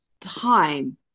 time